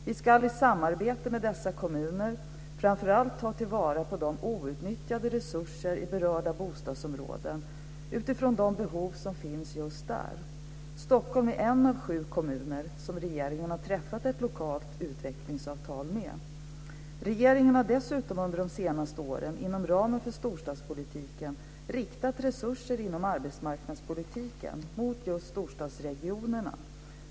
Vi ska i samarbete med dessa kommuner ta vara på de outnyttjade resurserna i berörda bostadsområden utifrån de behov som finns i dessa områden. Stockholm är en av sju kommuner som regeringen har träffat ett lokalt utvecklingsavtal med. Regeringen har dessutom under de senaste åren inom ramen för storstadspolitiken riktat resurser inom arbetsmarknadspolitiken mot just storstadsregionerna.